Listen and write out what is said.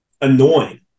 annoying